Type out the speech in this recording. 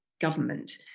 government